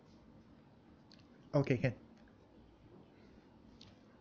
okay can